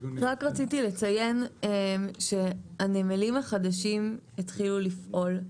רק רציתי לציין שהנמלים החדשים התחילו לפעול.